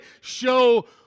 show